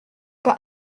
pas